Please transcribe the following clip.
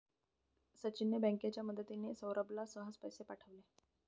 सचिनने बँकेची मदतिने, सौरभला सहज पैसे पाठवले